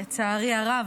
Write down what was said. לצערי הרב,